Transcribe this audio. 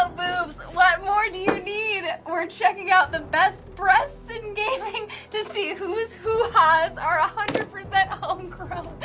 ah boobs. what more do you need? we're checking out the best breasts in gaming to see who's hoo-has are one ah hundred percent homegrown.